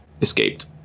escaped